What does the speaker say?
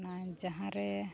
ᱚᱱᱟ ᱡᱟᱦᱟᱸ ᱨᱮ